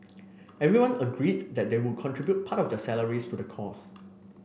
everyone agreed that they would contribute part of their salaries to the cause